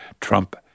Trump